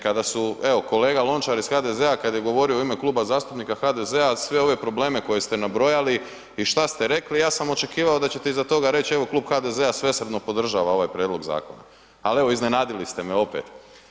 Kada su evo kolega Lončar iz HDZ-a, kad je govorio u ime Kluba zastupnika HDZ-a, sve ove probleme koje ste nabrojali i šta ste rekli, ja sam očekivao da ćete iza toga reći evo klub HDZ-a svesrdno podržava ovaj prijedlog zakona ali evo, iznenadili ste me opet.